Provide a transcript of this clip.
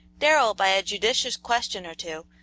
darrell, by a judicious question or two,